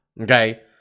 okay